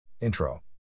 Intro